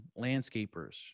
landscapers